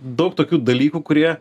daug tokių dalykų kurie